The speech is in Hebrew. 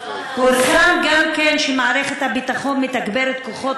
פורסם גם כן שמערכת הביטחון מתגברת כוחות